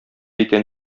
икән